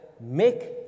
make